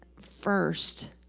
first